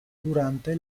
durante